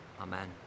Amen